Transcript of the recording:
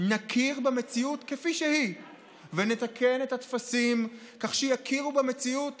נכיר במציאות כפי שהיא ונתקן את הטפסים כך שיכירו במציאות